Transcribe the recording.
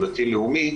או דתי לאומי,